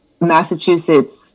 Massachusetts